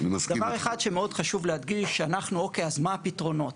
דבר אחד שמאוד חשוב להדגיש, אז מה הפתרונות?